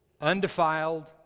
undefiled